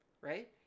right